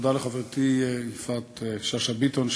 תודה לחברתי יפעת שאשא ביטון,